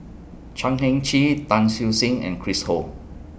Chan Heng Chee Tan Siew Sin and Chris Ho